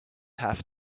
have